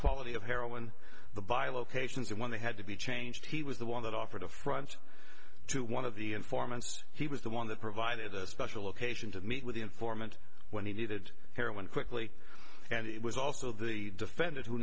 quality of heroin the via locations and when they had to be changed he was the one that offered a front to one of the informants he was the one that provided a special occasion to meet with the informant when he needed care when quickly and it was also the defendant who